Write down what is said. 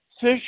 fish